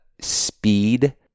speed